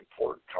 important